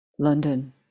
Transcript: London